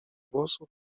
włosów